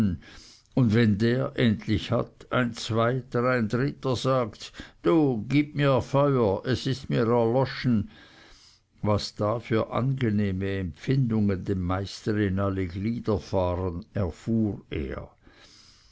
und wenn der endlich hat ein zweiter ein dritter sagt du gib mir feuer es ist mir erloschen was da für angenehme empfindungen dem meister in alle glieder fahren erfuhr er